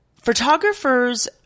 photographers